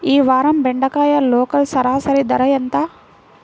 ఈ వారం బెండకాయ లోకల్ సరాసరి ధర ఎంత?